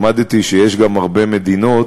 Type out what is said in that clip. למדתי שיש הרבה מדינות